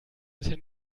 bisher